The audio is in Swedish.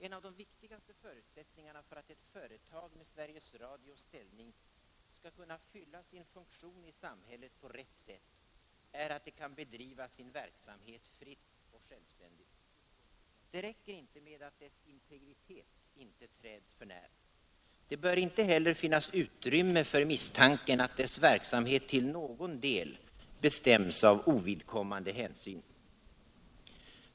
En av de viktigaste förutsättningarna för att ett företag med Sveriges Radios ställning skall kunna fylla sin funktion i samhället på rätt sätt är att det kan bedriva sin verksamhet fritt och självständigt. Det räcker inte med att dess integritet inte träds för när. Det bör inte heller finnas utrymme för misstanken att dess verksamhet till någon del bestäms av ovidkommande hänsyn.